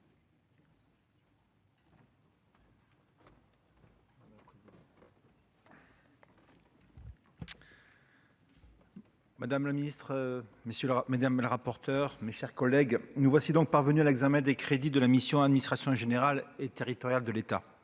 Madame le Ministre messieurs, madame, le rapporteur, mes chers collègues, nous voici donc parvenus à l'examen des crédits de la mission Administration générale et territoriale de l'État